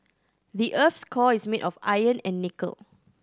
the earth's core is made of iron and nickel